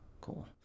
Cool